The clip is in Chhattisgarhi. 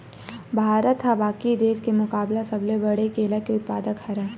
भारत हा बाकि देस के मुकाबला सबले बड़े केला के उत्पादक हरे